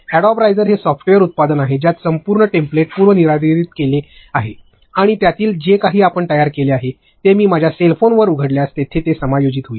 Adobe Rise हे एक software उत्पादन आहे ज्यात संपूर्ण टेम्पलेट पूर्वनिर्धारित केले गेले आहे आणि त्यातील जे काही आपण तयार केले आहे ते मी माझ्या सेल फोनवर उघडल्यास ते समायोजित होईल